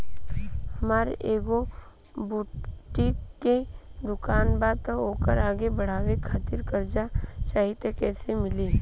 हमार एगो बुटीक के दुकानबा त ओकरा आगे बढ़वे खातिर कर्जा चाहि त कइसे मिली?